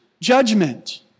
judgment